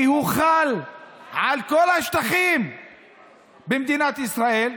כי הוא חל על כל השטחים במדינת ישראל,